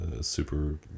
super